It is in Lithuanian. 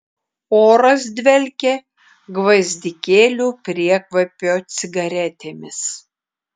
oras dvelkė gvazdikėlių priekvapio cigaretėmis